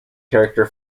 character